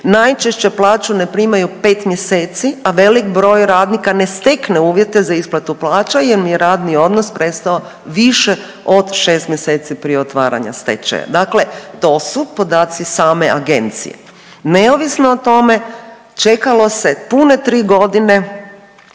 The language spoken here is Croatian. najčešće plaću ne primaju pet mjeseci, a velik broj radnika ne stekne uvjete za isplatu plaću jer im je radni odnos prestao više od šest mjeseci prije otvaranja stečaja. Dakle, to su podaci same agencije. Neovisno o tome čekalo se pune tri godine